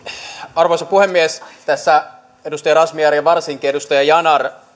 arvoisa puhemies tässä edustaja razmyar ja varsinkin edustaja yanar